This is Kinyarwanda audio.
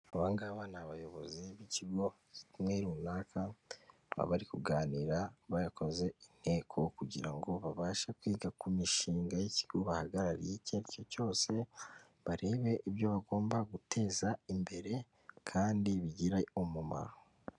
Abangaba ni abayobozi b'ikigo kimwe runaka, bakaba bari kuganira bakoze inteko kugira ngo babashe kwiga ku mishinga y'ikigo bahagarariye icyo ari cyo cyose barebe ibyo bagomba guteza imbere kandi bigire umumaro.